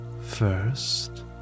first